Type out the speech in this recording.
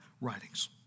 writings